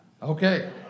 Okay